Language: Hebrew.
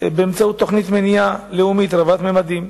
באמצעות תוכנית מניעה לאומית רבת-ממדים.